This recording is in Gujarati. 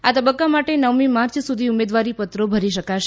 આ તબક્કા માટે નવમી માર્ચ સુધી ઉમેદવારીપત્રો ભરી શકાશે